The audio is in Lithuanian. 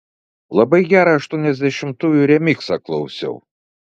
labai gerą aštuoniasdešimtųjų remiksą klausiau